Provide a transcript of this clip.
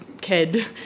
kid